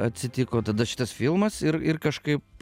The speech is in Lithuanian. atsitiko tada šitas filmas ir ir kažkaip